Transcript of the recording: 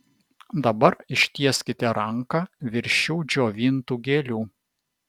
dabar ištieskite ranką virš šių džiovintų gėlių